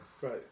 Right